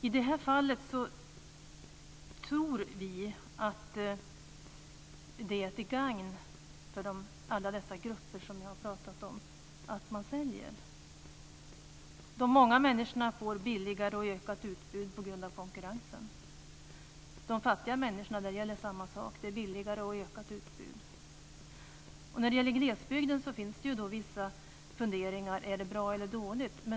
I det här fallet tror vi att det är till gagn för alla dessa grupper att sälja. De många människorna får ett billigare och ökat utbud tack vare konkurrensen. Samma sak gäller för de fattiga människorna, dvs. ett billigare och ökat utbud. När det gäller glesbygden finns vissa funderingar om det är bra eller dåligt.